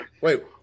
Wait